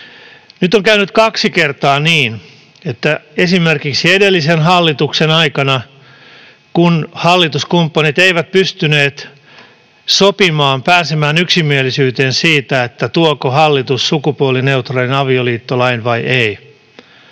Nyt on käynyt kaksi kertaa niin kuin edellisen hallituksen aikana, kun hallituskumppanit eivät pystyneet sopimaan ja pääsemään yksimielisyyteen siitä, tuoko hallitus sukupuolineutraalin avioliittolain vai ei.